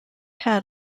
had